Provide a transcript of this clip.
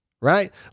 right